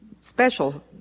special